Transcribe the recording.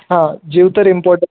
हा जीव तर इम्पॉर्ट